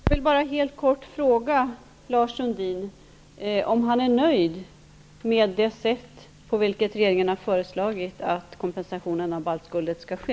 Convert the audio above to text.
Fru talman! Jag vill bara helt kort fråga Lars Sundin om han är nöjd med det sätt på vilket regeringen har föreslagit att kompensationen av baltguldet skall ske.